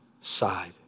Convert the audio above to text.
side